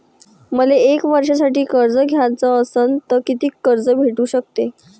मले एक वर्षासाठी कर्ज घ्याचं असनं त कितीक कर्ज भेटू शकते?